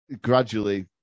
gradually